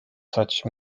such